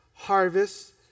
harvest